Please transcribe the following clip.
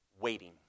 waiting